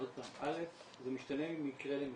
עוד פעם, אל"ף, זה משתנה ממקרה למקרה.